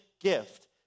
gift